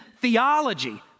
theology